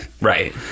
Right